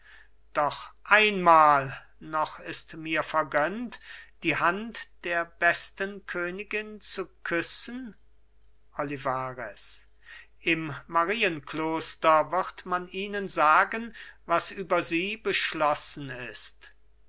doch einmal noch ist mir vergönnt die hand der besten königin zu küssen olivarez im marienkloster wird man ihnen sagen was über sie beschlossen ist